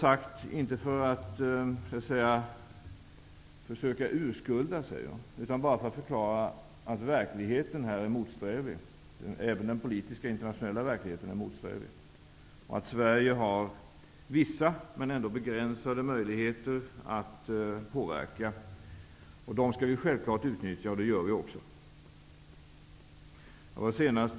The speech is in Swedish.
Jag har inte sagt detta för att försöka urskulda mig, utan bara för att förklara att verkligheten -- även den politiska internationella -- är motsträvig. Sverige har vissa -- låt vara begränsade -- möjligheter att påverka. Dessa möjligheter skall vi självfallet utnyttja, och det gör vi också.